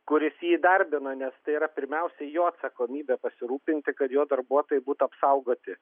kuris jį įdarbino nes tai yra pirmiausia jo atsakomybė pasirūpinti kad jo darbuotojai būtų apsaugoti